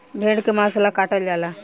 भेड़ के मांस ला काटल जाला